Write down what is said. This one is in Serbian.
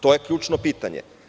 To je ključno pitanje.